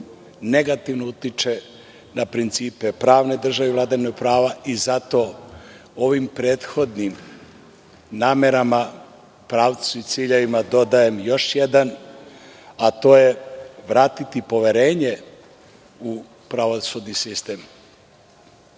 negativno utiče na principe pravne države i vladavinu prava. Zato ovim prethodnim namerama, pravcu i ciljevima dodajem još jedan, a to je vratiti poverenje u pravosudni sistem. Izneću